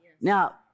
Now